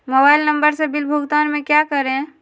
Mobile number से bill भुगतान में क्या करें?